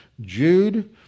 Jude